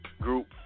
group